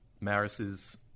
Maris's